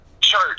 church